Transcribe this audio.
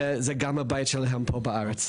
שזה גם הבית שלהם פה בארץ.